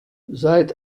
seit